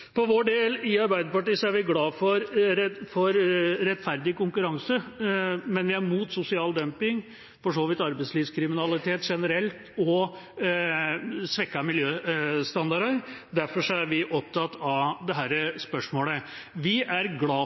For vår del i Arbeiderpartiet er vi glade for rettferdig konkurranse, men vi er imot sosial dumping, og for så vidt arbeidslivskriminalitet generelt og svekkede miljøstandarder, derfor er vi opptatt av dette spørsmålet. Vi er